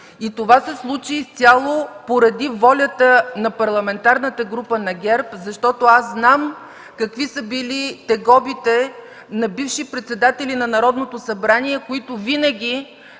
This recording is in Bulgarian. И това се случи изцяло поради волята на Парламентарната група на ГЕРБ, защото аз знам какви са били тегобите на бивши председатели на Народното събрание, които винаги